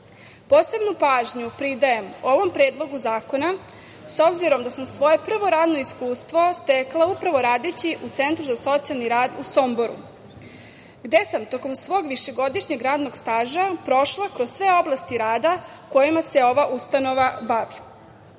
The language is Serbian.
zaštite. Posebnu pažnju pridajem ovom predlogu zakona, obzirom da sam svoje prvo radno iskustvo stekla upravo radeći u Centru za socijalni rad u Somboru, gde sam tokom svog višegodišnjeg radnog staža prošla kroz sve oblasti rada kojima se ova ustanova bavi.U